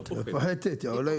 היא לא פוחתת, היא עולה יותר.